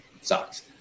sucks